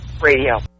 radio